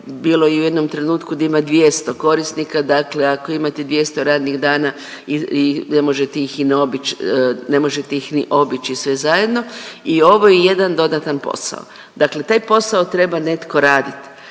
bilo je u jednom trenutku da ima 200 korisnika, dakle ako imate 200 radnih dana ne možete i na obič… ne možete ih ni obići sve zajedno i ovo je jedan dodatan posao. Dakle, taj posao treba netko raditi.